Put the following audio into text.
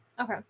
Okay